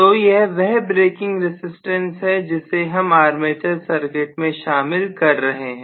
तो यह वह ब्रेकिंग रजिस्टेंस है जिसे हम आर्मेचर सर्किट में शामिल कर रहे हैं